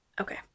Okay